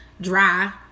dry